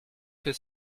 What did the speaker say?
que